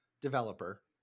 developer